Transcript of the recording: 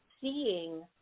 seeing